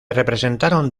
representaron